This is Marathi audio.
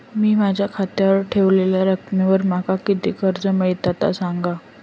मी माझ्या खात्याच्या ऱ्हवलेल्या रकमेवर माका किती कर्ज मिळात ता सांगा?